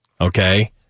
Okay